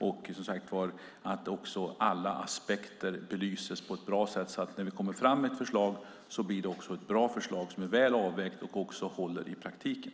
Jag är också mån om att alla aspekter blir belysta på ett bra sätt så att det blir ett bra förslag som är väl avvägt och håller i praktiken.